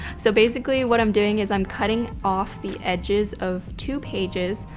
so basically what i'm doing is i'm cutting off the edges of two pages.